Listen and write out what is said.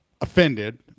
offended